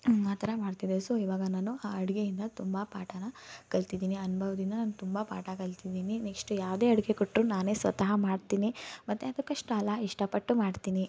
ಹ್ಞೂ ಆ ಥರ ಮಾಡ್ತಿದ್ದೆ ಸೊ ಈವಾಗ ನಾನು ಆ ಅಡುಗೆಯಿಂದ ತುಂಬ ಪಾಠನ ಕಲ್ತಿದ್ದೀನಿ ಅನುಭವ್ದಿಂದ ನಾನು ತುಂಬ ಪಾಠ ಕಲ್ತಿದ್ದೀನಿ ನೆಕ್ಶ್ಟು ಯಾವುದೇ ಅಡುಗೆ ಕೊಟ್ರೂ ನಾನೇ ಸ್ವತಃ ಮಾಡ್ತೀನಿ ಮತ್ತು ಅದು ಕಷ್ಟ ಅಲ್ಲ ಇಷ್ಟಪಟ್ಟು ಮಾಡ್ತೀನಿ